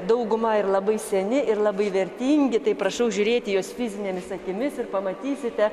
dauguma ir labai seni ir labai vertingi tai prašau žiūrėti į juos fizinėmis akimis ir pamatysite